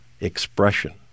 expression